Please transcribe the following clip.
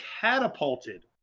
catapulted